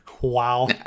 Wow